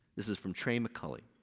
this is from trey mccully,